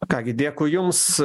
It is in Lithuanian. ką gi dėkui jums